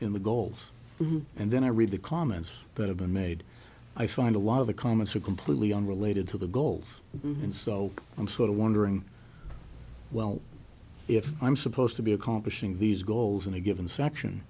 in the goals and then i read the comments that have been made i find a lot of the comments are completely unrelated to the goals and so i'm sort of wondering well if i'm supposed to be accomplishing these goals in a given section